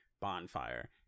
bonfire